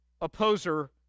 opposer